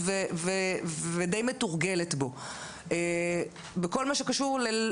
וקיבלנו תשובה 'כמו שאתם רואים